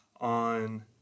on